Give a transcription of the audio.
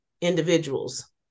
individuals